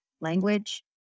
language